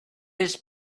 his